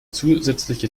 zusätzliche